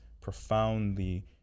profoundly